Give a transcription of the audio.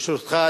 ברשותך,